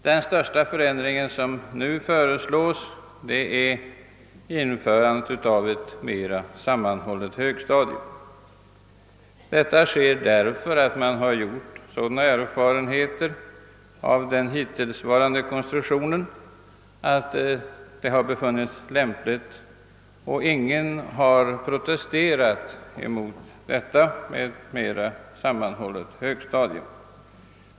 Den största förändring som nu föreslås är införandet av ett mer sammanhållet högstadium. Man har gjort sådana erfarenheter av den hittillsvarande konstruktionen att detta befunnits lämpligt, och ingen har protesterat häremot.